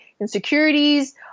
insecurities